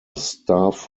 staff